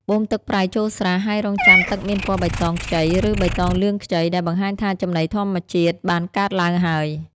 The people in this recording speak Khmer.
បូមទឹកប្រៃចូលស្រះ ហើយរង់ចាំទឹកមានពណ៌បៃតងខ្ចី ឬបៃតងលឿងខ្ចី ដែលបង្ហាញថាចំណីធម្មជាតិបានកើតឡើងហើយ។